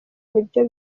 nibyo